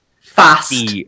fast